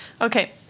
Okay